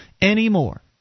anymore